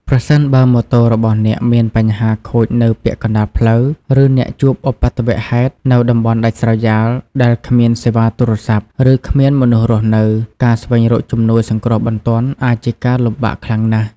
ប្រសិនបើម៉ូតូរបស់អ្នកមានបញ្ហាខូចនៅពាក់កណ្តាលផ្លូវ ឬអ្នកជួបឧបទ្ទវហេតុនៅតំបន់ដាច់ស្រយាលដែលគ្មានសេវាទូរស័ព្ទ ឬគ្មានមនុស្សរស់នៅ ការស្វែងរកជំនួយសង្គ្រោះបន្ទាន់អាចជាការលំបាកខ្លាំងណាស់។